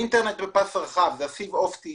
האינטרנט בפס רחב, זה הסיב האופטי